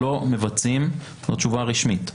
זו תשובה רשמית.